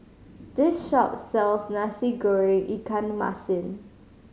this shop sells Nasi Goreng ikan masin